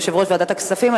יושב-ראש ועדת הכספים,